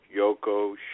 Yoko